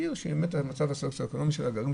שהיא עיר שמצבה הסוציו-אקונומי שלה גבוה,